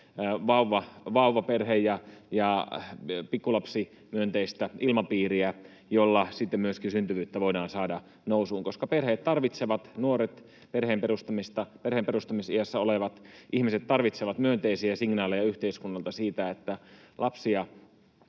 vauvaperhe- ja pikkulapsimyönteistä ilmapiiriä, jolla sitten myöskin syntyvyyttä voidaan saada nousuun, koska perheet tarvitsevat, nuoret, perheen perustamisiässä olevat ihmiset tarvitsevat myönteisiä signaaleja yhteiskunnalta siitä, että lapsia